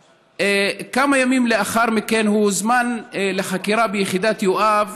כמה ימים לאחר מכן הוא הוזמן לחקירה ביחידת יואב